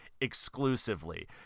exclusively